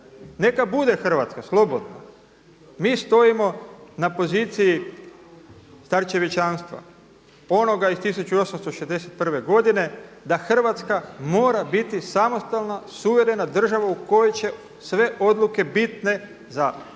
Neka bude Hrvatska slobodna. Mi stojimo na poziciji starčevićanstva onoga iz 1861. da Hrvatska mora biti samostalna, suverena država u kojoj će sve odluke bitne za